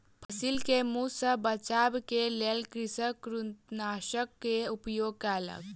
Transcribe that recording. फसिल के मूस सॅ बचाबअ के लेल कृषक कृंतकनाशक के उपयोग केलक